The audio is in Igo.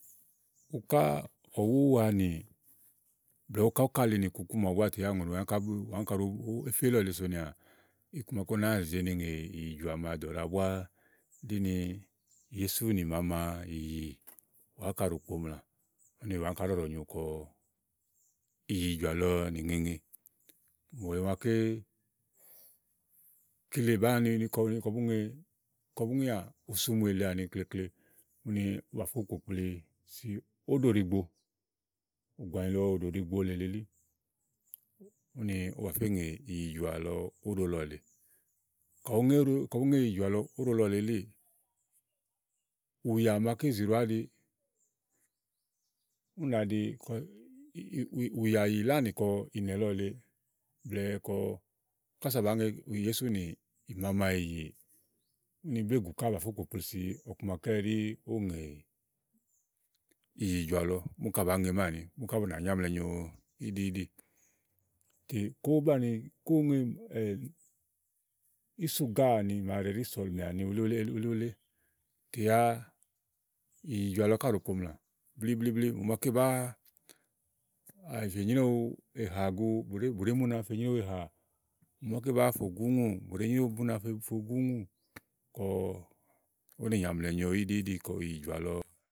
Uká ɔ̀wúú waanì blɛ̀ɛ úká úkàli nì nìkukú màaɖu ɛnɛ tè yá ùŋonì wèe à áŋka ɖòó bu, éfe ílɔ lèe sònìà iku màa úni ɖò nàáa nì èze nu ŋè ìyì jɔ̀à màa ɖò ɖàa wa búá, ɖi ni yèésù nìmama ìyì àáŋka ɖòo kpomlà. úni bàá áŋká ɖɔɖɔ nyo kɔ ìyìjɔ̀à lɔ nìŋeŋe. mò màaké kele bàáa nini ni kɔ bú ŋe kɔ bú ŋeà osumu èle àni klekle úni bàáa fò kpòkplisi óɖò ɖíigbo ògònyì lɔ òɖò ɖìigbo lèe elí úni bà fé ŋè ìyìjɔ̀à lɔ òɖò lɔ lèe, kayi bùú ŋe ìyì jɔ̀à lɔ óɖo kɔ lèe elíì, ùyà màaké zì ɖòà àɖi úni nàa ɖi ùyàìyì lánì kɔ ìnɛ̀ lɔ lèe kɔ kása bàá ŋe yèésù nìmàyì. úni bégù ká bà fó kpókplisi ɔku maké ɛɖí ówo ŋè ìyìjɔ̀à lɔ úni ká bà fé ŋè máàni úni bú nà nyò amlɛ nyo míìɖì íɖì. tè kówó banìi, kówó ŋe ísùgá àni màa ɖàa ɖi sɔ̀lìmè áni elí wulé tè yáá ìyìjɔ̀à lɔ ká ɖòo kpomlà blíblíblí mò màaké bàáa àzì gu èhà gu úni bú nàámi úna fe nyréwu èhà, mò màaké bàáa fò gu úŋùù, bù ɖe nyréwu bú nàá fe fo gu úŋù kɔ kó nì nyàamlɛ nyo íɖi íɖi kɔ ìyìjɔ̀à lɔ.